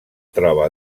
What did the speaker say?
troba